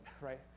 right